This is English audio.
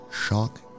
shock